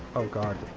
oh god.